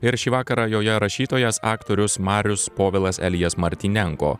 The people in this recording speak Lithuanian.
ir šį vakarą joje rašytojas aktorius marius povilas elijas martynenko